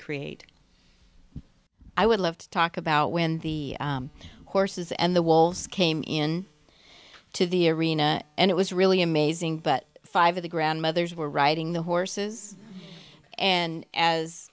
create i would love to talk about when the horses and the wolves came in to the arena and it was really amazing but five of the grandmothers were writing the horses and as